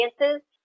audiences